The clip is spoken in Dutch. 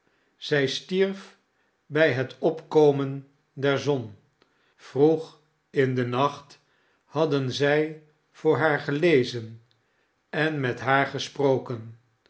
zij stierf bij het opkomen der zon vroeg in den nacht hadden zij voor haar gelezen en met haar gesproken